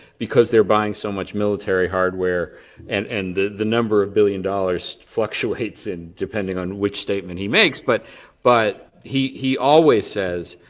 because they're buying so much military hardware and and the the number of billion dollars fluctuates in depending on which statement he makes but but he he always says,